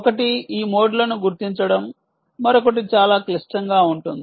ఒకటి ఈ మోడ్లను గుర్తించడం మరొకటి చాలా క్లిష్టంగా ఉంటుంది